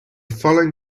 following